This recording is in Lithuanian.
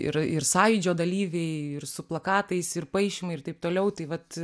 ir ir sąjūdžio dalyviai ir su plakatais ir paišymai ir taip toliau tai vat